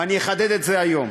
ואני אחדד את זה היום: